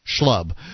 schlub